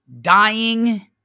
dying